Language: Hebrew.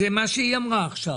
זה מה שהיא אמרה עכשיו.